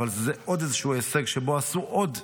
אבל זה עוד איזשהו הישג שאיתו עשו עוד פעילויות.